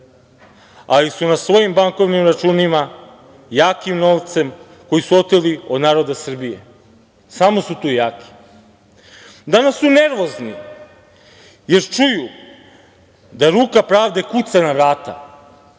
ali su na svojim bankovnim računima, jakim novcem, koji su oteli od naroda Srbije, samo su tu jaki. Danas su nervozni, jer čuju da ruka pravde kuca na